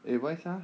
eh why sia